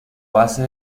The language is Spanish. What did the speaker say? base